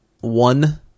one